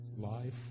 life